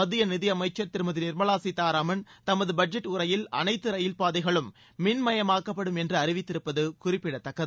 மத்திய நிதியமைச்சர் திருமதி நிர்மலா சீதாராமள் தமது பட்ஜெட் உரையில் அனைத்து ரயில் பாதைகளும் மின்மயமாக்கப்படும் என்று அறிவித்திருப்பது குறிப்பிடத்தக்கது